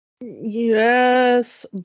Yes